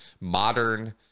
modern